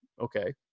okay